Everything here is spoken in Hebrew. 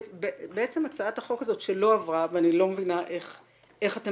בעצם הצעת החוק הזו שלא עברה ואני לא מבינה איך אתם